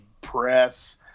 press